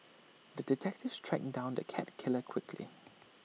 the detective tracked down the cat killer quickly